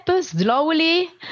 slowly